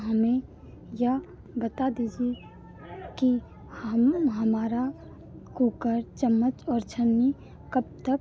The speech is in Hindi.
हमें या बता दीजिए कि हम हमारा कुकर चम्मच और छलनी कब तक